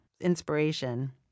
inspiration